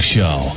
Show